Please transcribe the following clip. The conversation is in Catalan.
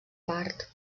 part